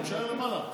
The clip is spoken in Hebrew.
תישאר למעלה.